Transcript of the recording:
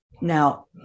Now